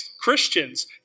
Christians